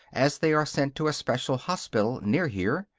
as they are sent to a special hospital near here.